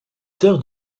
sœur